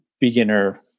beginner